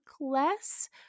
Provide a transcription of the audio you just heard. less